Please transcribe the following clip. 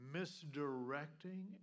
misdirecting